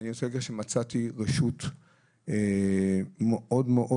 אני רוצה להגיד לך שמצאתי רשות מאוד מאוד